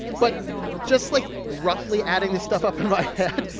but just, like, roughly adding this stuff up in my head,